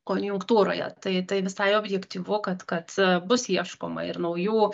konjunktūroje tai tai visai objektyvu kad kad bus ieškoma ir naujų